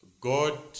God